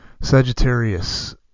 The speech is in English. Sagittarius